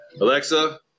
Alexa